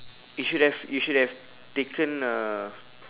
you should have you should have taken uh